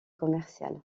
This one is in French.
commercial